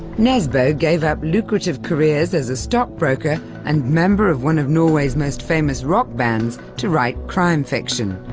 nesbo gave up lucrative careers as a stockbroker and member of one of norway's most famous rock bands to write crime fiction.